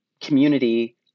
community